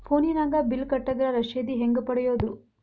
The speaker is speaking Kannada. ಫೋನಿನಾಗ ಬಿಲ್ ಕಟ್ಟದ್ರ ರಶೇದಿ ಹೆಂಗ್ ಪಡೆಯೋದು?